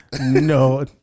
no